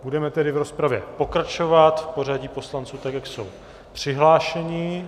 Budeme tedy v rozpravě pokračovat v pořadí poslanců tak, jak jsou přihlášeni.